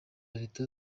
leta